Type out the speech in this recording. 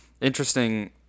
interesting